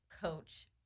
coach